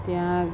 ત્યાં